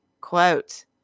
Quote